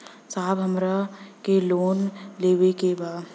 साहब हमरा के लोन लेवे के बा